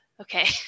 okay